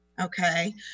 okay